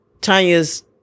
Tanya's